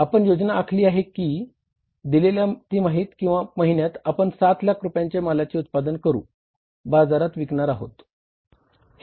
आपण योजना आखली आहे की दिलेल्या तिमाहीत किंवा महिन्यात आपण 7 लाख रुपयांच्या मालाचे उत्पादन करून बाजारात विकणार आहोत